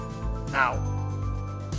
now